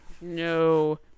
No